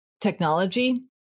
technology